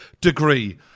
degree